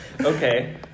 Okay